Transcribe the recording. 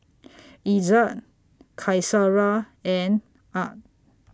Izzat Qaisara and Ahad